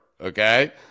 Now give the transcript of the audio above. okay